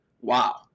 wow